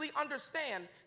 understand